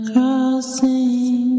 Crossing